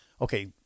Okay